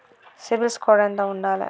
CIBIL score ఎంత ఉండాలే?